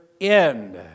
end